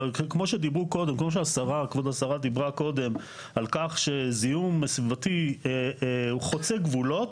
כמו שכבוד השרה דיברה קודם על כך שהזיהום הסביבתי הוא חוצה גבולות,